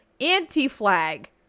anti-flag